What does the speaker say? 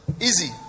Easy